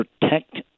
protect